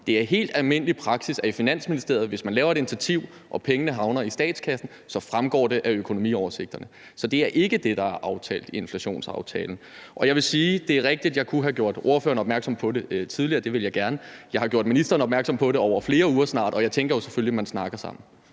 Det er helt almindelig praksis i Finansministeriet, at hvis man laver et initiativ og pengene havner i statskassen, fremgår det af økonomioversigterne. Så det er ikke det, der er aftalt i inflationsaftalen. Og jeg vil sige: Det er rigtigt, at jeg kunne have gjort ordføreren opmærksom på det tidligere. Det ville jeg gerne. Jeg har gjort ministeren opmærksom på det over snart flere uger, og jeg tænker jo selvfølgelig, at man snakker sammen.